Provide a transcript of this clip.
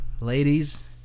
ladies